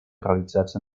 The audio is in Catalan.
realitzats